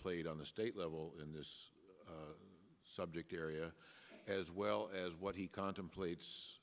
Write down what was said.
played on the state level in this subject area as well as what he contemplates